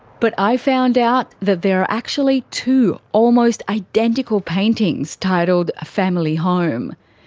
but i found out that there are actually two almost identical paintings titled family home.